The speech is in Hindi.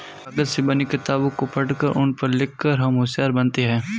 कागज से बनी किताबों को पढ़कर उन पर लिख कर हम होशियार बनते हैं